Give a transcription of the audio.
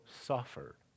suffered